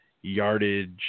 yardage